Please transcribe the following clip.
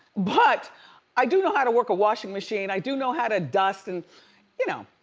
but i do know how to work a washing machine. i do know how to dust, and you know,